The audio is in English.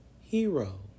hero